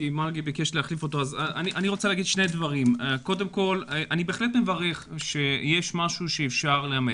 אני רוצה להגיד שני דברים: קודם כל אני בהחלט מברך שיש משהו שאפשר לאמץ,